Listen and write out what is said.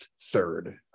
third